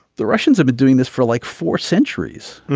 the russians have been doing this for like for centuries.